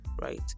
right